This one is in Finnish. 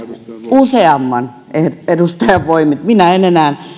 useamman edustajan voimin minä en enää